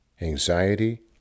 anxiety